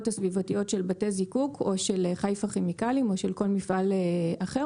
הסביבתיות של בתי זיקוק או של חיפה כימיקלים או של כל מפעל אחר,